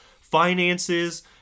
Finances